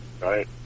right